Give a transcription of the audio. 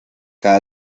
cada